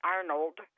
Arnold